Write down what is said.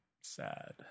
Sad